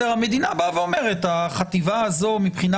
המדינה באה ואומרת החטיבה הזו מבחינה